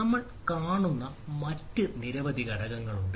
നമ്മൾ കാണുന്ന മറ്റ് നിരവധി ഘടകങ്ങളുണ്ട്